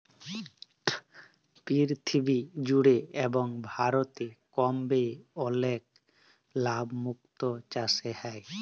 পীরথিবী জুড়ে এবং ভারতে কম ব্যয়ে অলেক লাভ মুক্ত চাসে হ্যয়ে